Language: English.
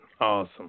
Awesome